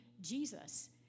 Jesus